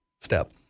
step